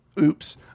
Oops